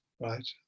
Right